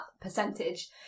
percentage